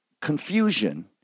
confusion